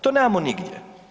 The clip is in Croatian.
To nemamo nigdje.